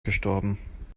gestorben